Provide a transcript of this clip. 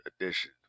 edition